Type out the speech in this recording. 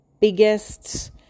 biggest